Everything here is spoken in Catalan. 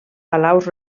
palaus